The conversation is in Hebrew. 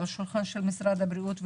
על שולחן משרד הבריאות,